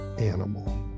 animal